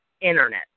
Internet